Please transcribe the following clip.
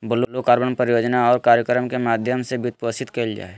blue carbon परियोजना और कार्यक्रम के माध्यम से वित्तपोषित कइल जा हइ